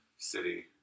city